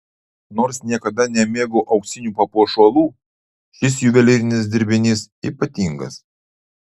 nors niekada nemėgau auksinių papuošalų šis juvelyrinis dirbinys ypatingas